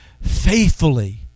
faithfully